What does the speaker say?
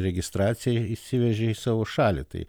registracija įsivežė į savo šalį tai